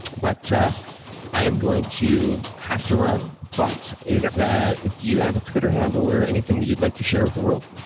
but i am going to have to run. but ah do you have a twitter handle or anything that you'd like to share with the world?